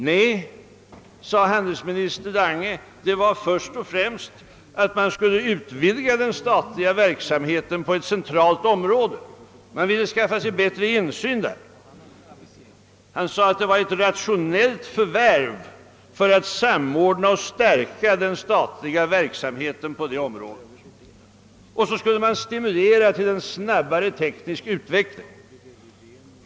Skälet var först och främst, sade handelsminister Lange, en önskan att utvidga den statliga verksamheten på ett centralt område. Man ville skaffa sig bättre insyn där. Han sade att det var ett rationellt förvärv för att samordna och stärka den statliga verksamheten på området. För det andra skulle man stimulera till en snabbare teknisk utveckling.